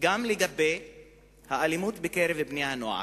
גם לגבי האלימות בקרב בני-הנוער.